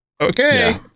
Okay